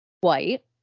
white